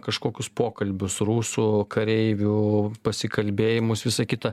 kažkokius pokalbius rusų kareivių pasikalbėjimus visą kitą